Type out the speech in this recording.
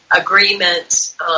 agreements